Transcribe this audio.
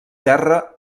terra